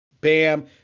Bam